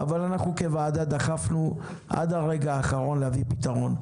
אבל אנחנו כוועדה דחפנו עד הרגע האחרון להביא פתרון.